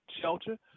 shelter